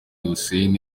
hussein